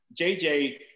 JJ